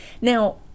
Now